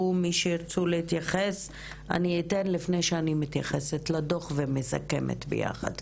עוד מי שירצו להתייחס אני אתן לפני שאני מתייחסת לדו"ח ומסכמת ביחד.